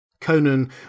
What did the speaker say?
Conan